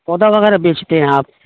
پودا وغیرہ بیچتے ہیں آپ